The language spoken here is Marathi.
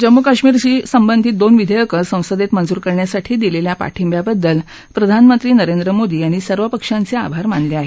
जम्मू कश्मीरशी संबंधित दोन विधेयकं संसदेत मंजूर करण्यासाठी दिलेल्या पाठिंब्याबद्दल प्रधानमंत्री नरेंद्र मोदी यांनी सर्व पक्षाचे आभार मानले आहेत